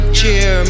cheer